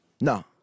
No